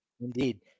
Indeed